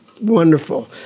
wonderful